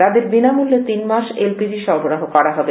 তাদের বিনামূল্যে তিনমাস এল পি জি সরবরাহ করা হবে